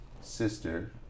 sister